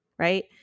Right